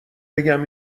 بگم